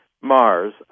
Mars